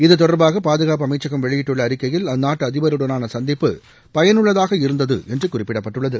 இத்தொடர்பாக பாதுகாப்பு அமைச்சகம் வெளியிட்டுள்ள அறிக்கையில் அந்நாட்டு அதிபருடனான சந்திப்பு பயனுள்ளதாக இருந்தது என்று குறிப்பிடப்பட்டுள்ளது